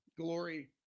glory